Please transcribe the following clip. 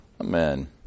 Amen